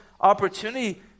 opportunity